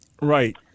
Right